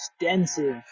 extensive